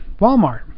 Walmart